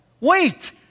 Wait